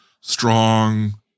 strong